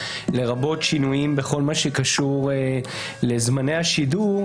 לרבות שינויים בכל מה שקשור לזמני השידור,